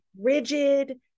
rigid